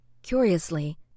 Curiously